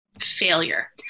failure